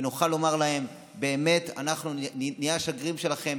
ונוכל לומר להם: אנחנו נהיה השגרירים שלכם,